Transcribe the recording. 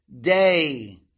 day